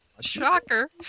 Shocker